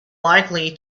likely